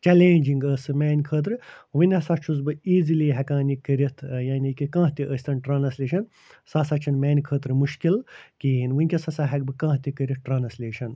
challenging ٲسۍ سۄ میٛانہِ خٲطرٕ وۄنۍ ہسا چھُس بہٕ ایٖزِلی ہیٚکان یہِ کٔرِتھ ٲں یعنی کہِ کانٛہہ تہِ ٲسۍ تَن ٹرانَسلیشَن سۄ ہسا چھَنہٕ میٛانہِ خٲطرٕ مشکل کِہیٖنۍ وُنٛکیٚس ہسا ہیٚکہٕ بہٕ کانٛہہ تہِ کٔرِتھ ٹرٛانَسلیشَن